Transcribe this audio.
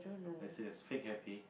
I say that's fake happy